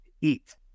Eat